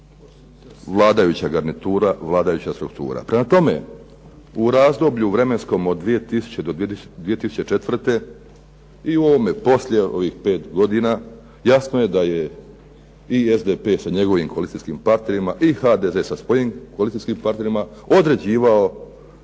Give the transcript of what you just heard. vladajuća garnitura, vladajuća struktura. Prema tome, u razdoblju vremenskom od 2000. do 2004. i u ovome poslije ovih 5 godina, jasno je da je i SDP sa njegovim koalicijskim partnerima i HDZ sa svojim koalicijskim partnerima određivao